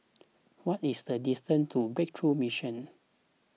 what is the distance to Breakthrough Mission